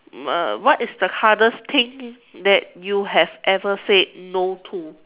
uh what is the hardest thing that you have ever said no to